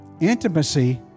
intimacy